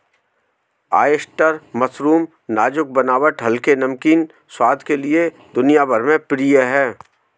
oyster mushroom नाजुक बनावट हल्के, नमकीन स्वाद के लिए दुनिया भर में प्रिय है